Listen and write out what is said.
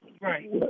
Right